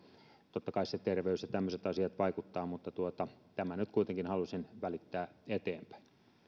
totta kai se terveys ja tämmöiset asiat vaikuttavat mutta tämän nyt kuitenkin halusin välittää eteenpäin